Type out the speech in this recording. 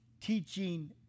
teaching